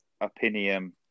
opinion